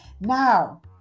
Now